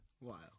Wow